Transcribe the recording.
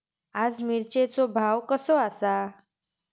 आज मिरचेचो भाव कसो आसा?